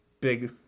big